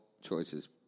choices